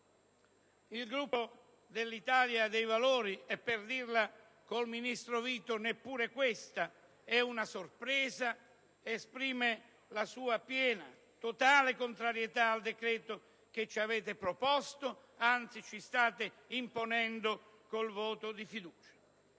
Il Gruppo dell'Italia dei Valori - e per dirla con il ministro Vito, neppure questa è una sorpresa - esprime la sua piena, totale contrarietà al decreto che ci avete proposto e, anzi, ci state imponendo con il voto di fiducia.